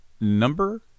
number